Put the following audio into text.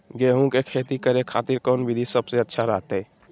गेहूं के खेती करे खातिर कौन विधि सबसे अच्छा रहतय?